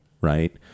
right